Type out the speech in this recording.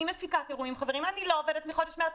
אני מפיקת אירועים ואני לא עובדת מחודש מרץ,